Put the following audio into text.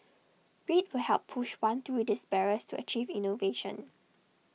grit will help push one through these barriers to achieve innovation